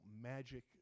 magic